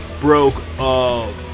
broke